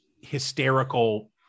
hysterical